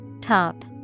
Top